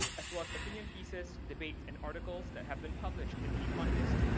as was opinion pieces, debates, and article that have been published in the economist,